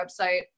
website